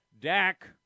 Dak